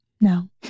no